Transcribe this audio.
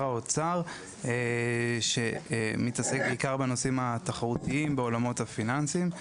האוצר שמתעסק בעיקר בנושאים התחרותיים בעולמות הפיננסיים.